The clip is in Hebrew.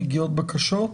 מגיעות בקשות?